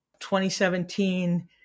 2017